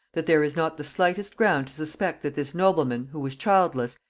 that there is not the slightest ground to suspect that this nobleman, who was childless,